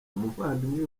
umuvandimwe